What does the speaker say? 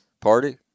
Party